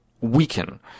weaken